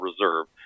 Reserve